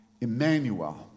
Emmanuel